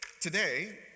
today